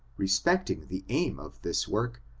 respecting the aim of this work,